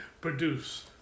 produce